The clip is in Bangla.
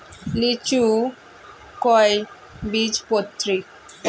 লিচু কয় বীজপত্রী?